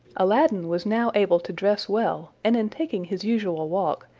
aladdin was now able to dress well, and in taking his usual walk,